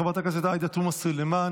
חברת הכנסת עאידה תומא סלימאן,